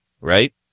right